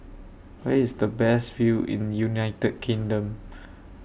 Where IS The Best View in United Kingdom